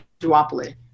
duopoly